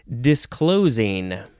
disclosing